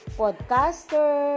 podcaster